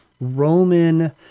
Roman